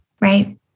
Right